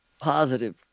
positive